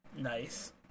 Nice